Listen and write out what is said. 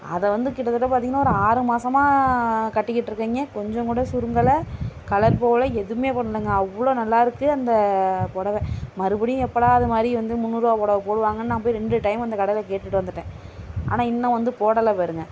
அதை வந்து கிட்டத்தட்ட பார்த்திங்ன்னா ஒரு ஆறு மாதமா கட்டிக்கிட்டிருக்கேங்க கொஞ்சம் கூட சுருங்கலை கலர் போகல எதுவுமே பண்ணலைங்க அவ்வளோ நல்லாயிருக்கு அந்த புடவ மறுபடியும் எப்படா அது மாதிரி வந்து முந்நூறு ரூபா புடவ போடுவாங்க நான் போய் ரெண்டு டைம் அந்த கடையில் கேட்டுகிட்டு வந்துட்டேன் ஆனால் இன்னும் வந்து போடலை பாருங்க